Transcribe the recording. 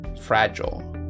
fragile